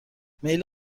میل